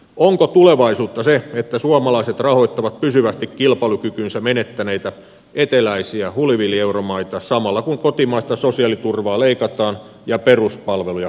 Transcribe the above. onko tulevaisuutta se että suomalaiset rahoittavat pysyvästi kilpailukykynsä menettäneitä eteläisiä hulivilieuromaita samalla kun kotimaista sosiaaliturvaa leikataan ja peruspalveluja karsitaan